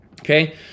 Okay